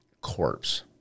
corpse